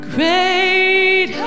Great